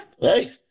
hey